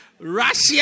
Russia